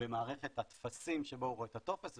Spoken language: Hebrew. במערכת הטפסים שבו הוא רואה את הטופס,